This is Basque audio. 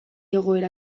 egoera